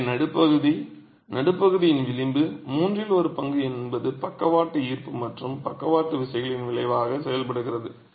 எனவே நடுப்பகுதி நடுப்பகுதியின் விளிம்பு மூன்றில் ஒரு பங்கு என்பது பக்கவாட்டு ஈர்ப்பு மற்றும் பக்கவாட்டு விசைகளின் விளைவாக செயல்படுகிறது